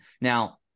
now